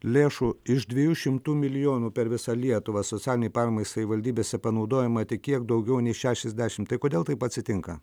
lėšų iš dviejų šimtų milijonų per visą lietuvą socialinei paramai savivaldybėse panaudojama tik kiek daugiau nei šešiasdešimt tai kodėl taip atsitinka